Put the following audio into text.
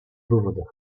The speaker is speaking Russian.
выводов